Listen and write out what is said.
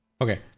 Okay